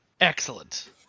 Excellent